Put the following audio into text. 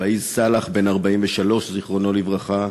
פאיז סאלח, בן 43, זיכרונו לברכה,